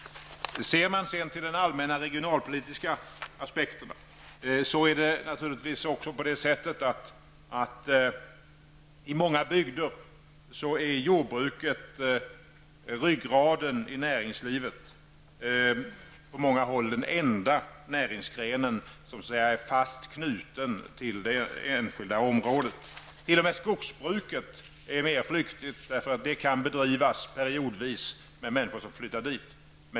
Ser man till de allmänna regionalpolitiska aspekterna är det naturligtvis också på det sättet att det i många bygder är jordbruket som är ryggraden i näringslivet; på många håll den enda näringsgren som är fast knuten till området. T.o.m. skogsbruket är mer flyktigt, eftersom det periodvis kan bedrivas av människor som flyttar dit.